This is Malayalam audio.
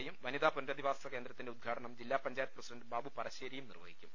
എ യും വനിതാ പുനരധിവാസകേന്ദ്രത്തിന്റെ ഉദ്ഘാടനം ജില്ലാ പഞ്ചായത്ത് പ്രസിഡണ്ട് ബാബു പറശ്ശേരിയും നിർവഹിക്കും